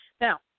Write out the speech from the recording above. Now